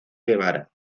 guevara